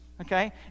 Okay